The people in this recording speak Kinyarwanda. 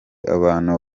abantu